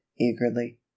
eagerly